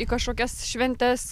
į kažkokias šventes